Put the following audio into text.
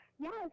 Yes